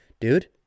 dude